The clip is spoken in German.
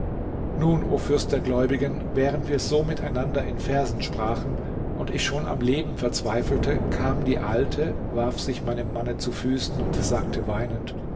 nun o fürst der gläubigen während wir so miteinander in versen sprachen und ich schon am leben verzweifelte kam die alte warf sich meinem manne zu füßen und sagte weinend